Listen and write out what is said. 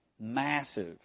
massive